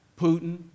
Putin